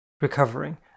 Recovering